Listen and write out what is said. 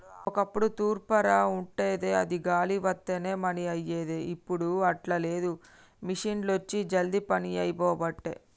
ఒక్కప్పుడు తూర్పార బట్టేది అది గాలి వత్తనే పని అయ్యేది, ఇప్పుడు అట్లా లేదు మిషిండ్లొచ్చి జల్దీ పని అయిపోబట్టే